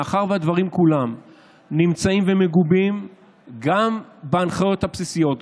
מאחר שהדברים כולם נמצאים ומגובים גם בהנחיות הבסיסיות,